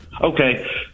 Okay